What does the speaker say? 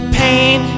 pain